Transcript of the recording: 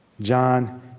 John